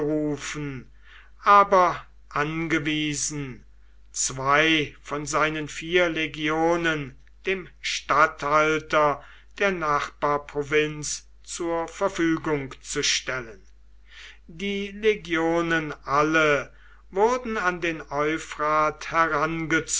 aber angewiesen zwei von seinen vier legionen dem statthalter der nachbarprovinz zur verfügung zu stellen die legionen alle wurden an den euphrat